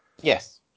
Yes